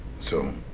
so.